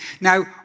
Now